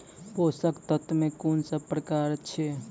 पोसक तत्व मे कून सब प्रकार अछि?